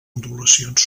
ondulacions